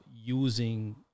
using